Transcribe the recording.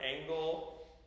angle